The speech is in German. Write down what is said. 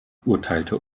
urteilte